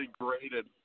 graded